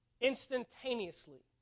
instantaneously